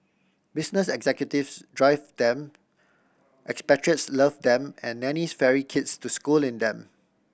business executives drive them expatriates love them and nannies ferry kids to school in them